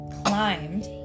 climbed